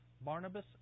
Barnabas